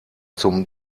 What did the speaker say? zum